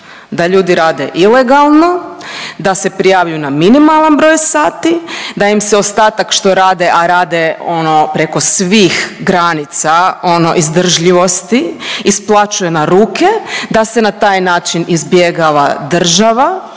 da ljudi rade ilegalno, da se prijavljuju na minimalan broj sati, da im se ostatak što rade, a rade ono preko svih granica ono izdržljivosti isplaćuje na ruke, da se na taj način izbjegava država